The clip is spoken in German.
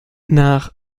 nach